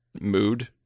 mood